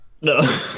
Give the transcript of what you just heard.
No